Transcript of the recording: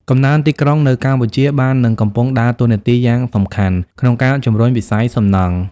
កំណើនទីក្រុងនៅកម្ពុជាបាននិងកំពុងដើរតួនាទីយ៉ាងសំខាន់ក្នុងការជំរុញវិស័យសំណង់។